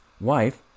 wife